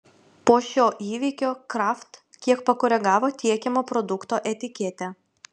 po šio įvykio kraft kiek pakoregavo tiekiamo produkto etiketę